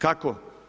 Kako?